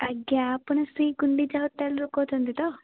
ଆଜ୍ଞା ଆପଣ ଶ୍ରୀ ଗୁଣ୍ଡିଚା ହୋଟେଲରୁ କହୁଛନ୍ତି ତ